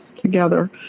together